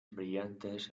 brillantes